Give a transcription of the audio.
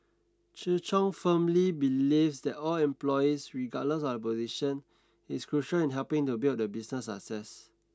Chi Chung firmly believes that all employees regardless of position is crucial in helping to build the business success